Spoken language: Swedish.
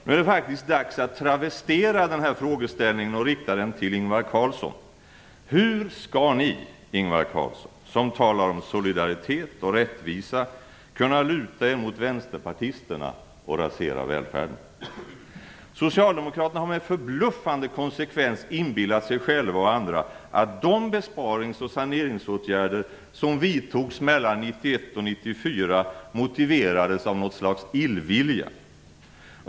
Nu är det faktiskt dags att travestera denna frågeställning och rikta den till Ingvar Carlsson: Hur skall ni som talar om solidaritet och rättvisa kunna luta er mot vänsterpartisterna och rasera välfärden? Socialdemokraterna har med förbluffande konsekvens inbillat sig själva och andra att de besparings och saneringsåtgärder som vidtogs mellan 1991 och 1994 motiverades av något slags illvilja.